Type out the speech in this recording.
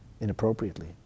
inappropriately